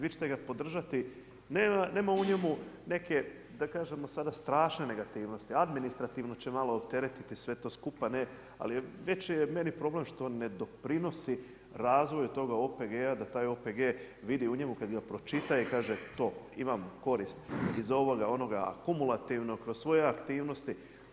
Vi ćete ga podržati, nema u njemu neke strašne negativnosti, administrativno će malo opteretiti sve to skupa, ali veći je meni problem što ne doprinosi razvoju toga OPG-a, da taj OPG vidi u njemu kad ga pročita i kaže to, imam korist iz ovoga, onoga, kumulativno kroz svoje aktivnosti.